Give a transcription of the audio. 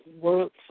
works